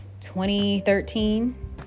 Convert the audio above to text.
2013